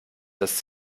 das